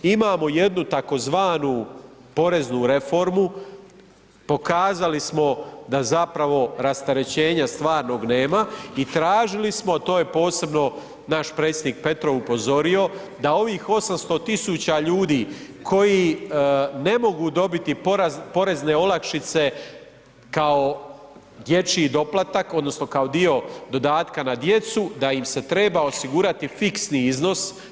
Imamo jednu tzv. poreznu reformu, pokazali smo da rasterećenja stvarnog nema i tražili smo, to je posebno naš predsjednik Petrov upozorio, da ovih 800.000 ljudi koji ne mogu dobiti porezne olakšice kao dječji doplatak odnosno kao dio dodatka na djecu da im se treba osigurati fiksni iznos.